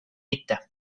mitte